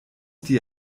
die